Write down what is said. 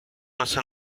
несе